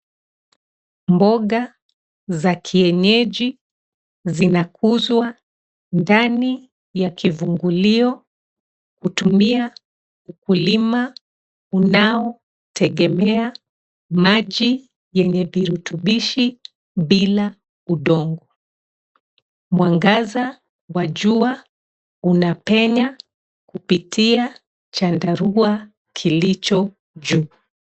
Mboga za kienyeji zinakuzwa ndani ya kivungulio kutumia ukulima unaotegemea maji yenye virutubishi bila udongo. Mwangaza wa jua unapenya kupitia chandarua kilicho juu.